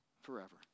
forever